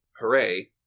Hooray